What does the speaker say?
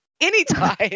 Anytime